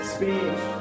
Speech